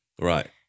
Right